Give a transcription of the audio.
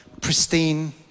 pristine